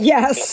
Yes